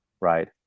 right